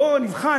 בואו נבחן,